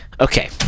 Okay